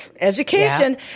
education